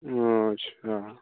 अच्छा